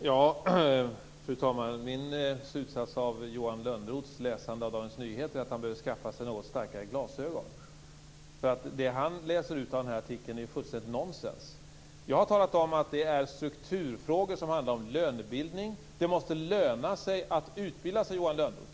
Fru talman! Min slutsats av Johan Lönnroths läsande av Dagens Nyheter är att han behöver skaffa sig något starkare glasögon. Det han läser ut av artikeln är fullständigt nonsens. Jag har talat om att det är strukturfrågor som handlar om lönebildning. Det måste löna sig att utbilda sig, Johan Lönnroth.